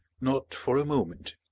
not for a moment.